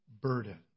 burden